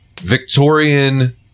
Victorian